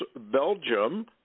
Belgium